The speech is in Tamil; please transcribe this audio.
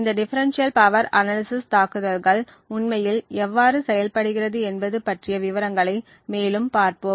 இந்த டிஃபெரென்ஷியல் பவர் அனாலிசிஸ் தாக்குதல்கள் உண்மையில் எவ்வாறு செயல்படுகிறது என்பது பற்றிய விவரங்களை மேலும் பார்ப்போம்